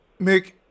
Mick